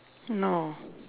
no